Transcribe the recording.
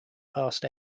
past